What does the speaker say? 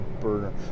burner